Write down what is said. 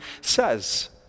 says